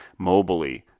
mobily